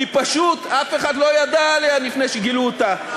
כי פשוט אף אחד לא ידע עליה לפני שגילו אותה,